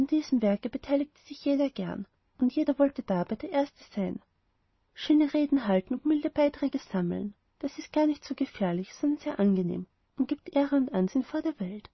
an diesem werke beteiligte sich jeder gern und jeder wollte dabei der erste sein schöne reden halten und milde beiträge sammeln das ist gar nicht gefährlich sondern sehr angenehm und gibt ehre und ansehen vor der welt